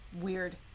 Weird